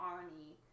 Arnie